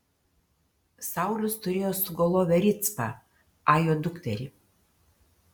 saulius turėjo sugulovę ricpą ajo dukterį